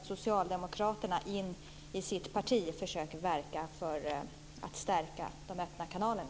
Socialdemokrater bör också inom sitt parti försöka verka för att stärka de öppna kanalerna.